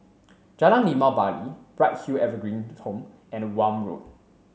Jalan Limau Bali Bright Hill Evergreen Home and Welm Road